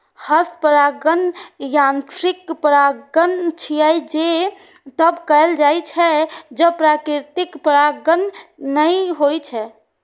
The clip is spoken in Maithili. हस्त परागण यांत्रिक परागण छियै, जे तब कैल जाइ छै, जब प्राकृतिक परागण नै होइ छै